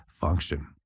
function